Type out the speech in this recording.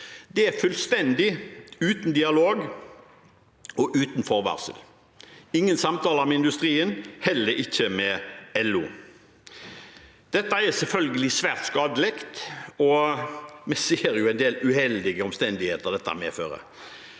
Det skjer fullstendig uten dialog og uten forvarsel – ingen samtaler med industrien, heller ikke med LO. Dette er selvfølgelig svært skadelig, og vi ser en del uheldige omstendigheter dette medfører.